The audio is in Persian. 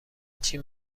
چین